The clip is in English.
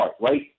right